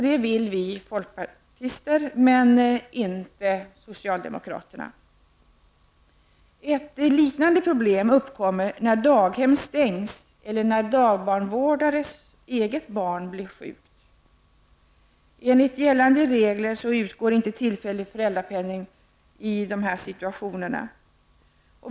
Det vill vi folkpartister men inte socialdemokraterna. Ett liknande problem uppkommer när daghem stängs eller dagbarnvårdarens eget barn blir sjukt. Enligt gällande regler utgår inte tillfällig föräldrapenning i dessa situationer.